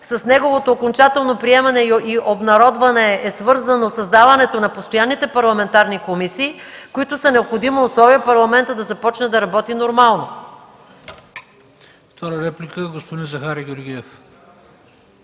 С неговото окончателно приемане и обнародване е свързано създаването на постоянните парламентарни комисии, които са необходимо условие Парламентът да започне да работи нормално.